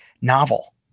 novel